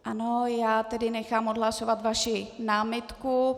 Ano, já tedy nechám odhlasovat vaši námitku.